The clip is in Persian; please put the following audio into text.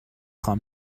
خوام